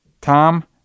Tom